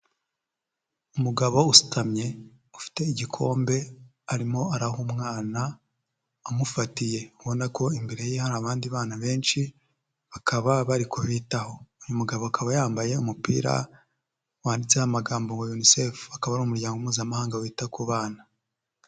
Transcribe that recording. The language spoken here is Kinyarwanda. Umugabo usutamye ufite igikombe arimo araha umwana amufatiye ubona ko imbere ye hari abandi bana benshi bakaba bari kubitaho uyu mugabo akaba yambaye umupira wanditseho amagambo wa yunisefu akaba ari umuryango mpuzamahanga wita ku bana.